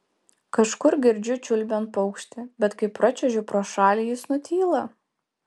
kažkur girdžiu čiulbant paukštį bet kai pračiuožiu pro šalį jis nutyla